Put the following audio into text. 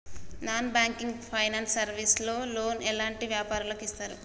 Non banking finance service లో loan ఎలాంటి వ్యాపారులకు ఇస్తరు?